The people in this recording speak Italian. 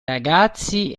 ragazzi